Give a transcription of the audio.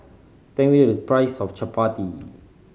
tell me the price of chappati